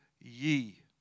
ye